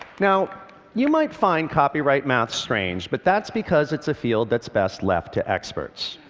now you might find copyright math strange, but that's because it's a field that's best left to experts.